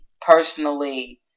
personally